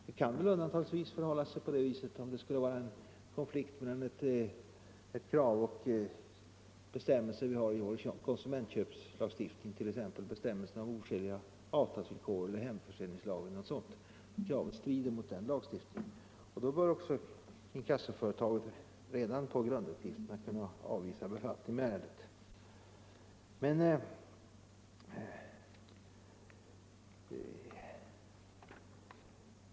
Det kan väl undantagsvis förhålla sig på det sättet att — om det skulle vara en konflikt mellan ett krav och bestämmelserna i vår konsumentlagstiftning, t.ex. bestämmelserna om oskäliga avtalsvillkor, hemförsäljningslagen eller något sådant — inkassoföretaget redan på grunduppgifterna kan avvisa befattning med ärendet.